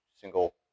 single